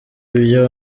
byo